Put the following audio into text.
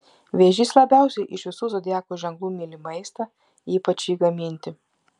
vėžys labiausiai iš visų zodiako ženklų myli maistą ypač jį gaminti